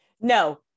No